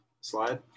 Slide